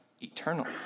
eternal